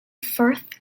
firth